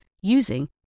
using